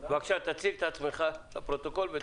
בבקשה, תציג את עצמך לפרוטוקול.